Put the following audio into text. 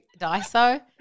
Daiso